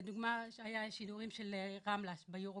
לדוגמא, שהיו את השידורים של רמלה ביורוקאפ,